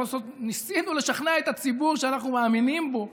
ניסינו לשכנע את הציבור שאנחנו מאמינים בו.